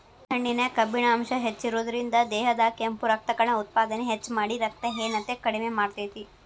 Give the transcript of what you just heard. ಬಾಳೆಹಣ್ಣಿನ್ಯಾಗ ಕಬ್ಬಿಣ ಅಂಶ ಹೆಚ್ಚಿರೋದ್ರಿಂದ, ದೇಹದಾಗ ಕೆಂಪು ರಕ್ತಕಣ ಉತ್ಪಾದನೆ ಹೆಚ್ಚಮಾಡಿ, ರಕ್ತಹೇನತೆ ಕಡಿಮಿ ಮಾಡ್ತೆತಿ